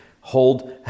hold